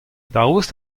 daoust